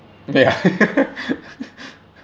ya